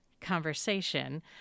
conversation